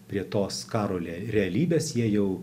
prie tos karo realybės jie jau